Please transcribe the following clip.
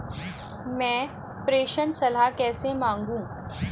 मैं प्रेषण सलाह कैसे मांगूं?